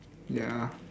ya